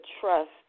trust